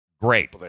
great